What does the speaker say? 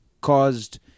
caused